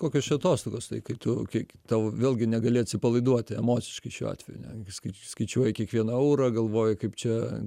kokios čia atostogos tai kai tu kai tau vėlgi negali atsipalaiduoti emociškai šiuo atveju netgi skaič skaičiuoji kiekvieną eurą galvoji kaip čia